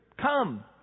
Come